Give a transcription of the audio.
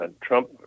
Trump